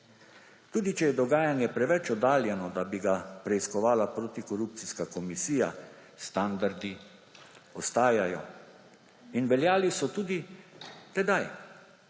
Tudi če je dogajanje preveč oddaljeno, da bi ga preiskovala protikorupcijska komisija, standardi ostajajo. In veljali so tudi tedaj.